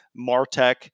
martech